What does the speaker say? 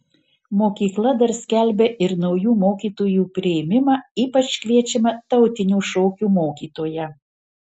mokykla dar skelbia ir naujų mokytojų priėmimą ypač kviečiama tautinių šokių mokytoja